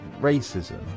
racism